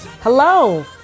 Hello